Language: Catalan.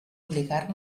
obligar